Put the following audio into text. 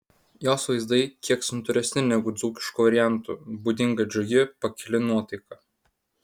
jos vaizdai kiek santūresni negu dzūkiškų variantų būdinga džiugi pakili nuotaika